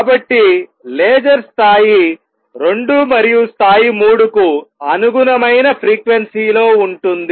కాబట్టి లేజర్ స్థాయి 2 మరియు స్థాయి 3 కు అనుగుణమైన ఫ్రీక్వెన్సీ లో ఉంటుంది